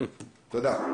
תודה.